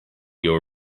your